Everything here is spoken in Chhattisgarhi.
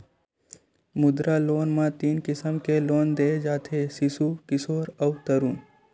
मुद्रा लोन म तीन किसम ले लोन दे जाथे सिसु, किसोर अउ तरून